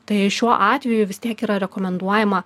tai šiuo atveju vis tiek yra rekomenduojama